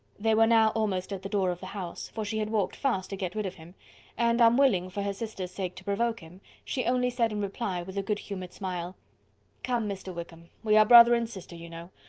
they were now almost at the door of the house, for she had walked fast to get rid of him and unwilling, for her sister's sake, provoke him, she only said in reply, with a good-humoured smile come, mr. wickham, we are brother and sister, you know.